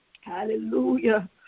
Hallelujah